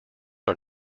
are